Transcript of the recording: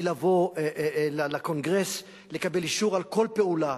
לבוא לקונגרס לקבל אישור על כל פעולה.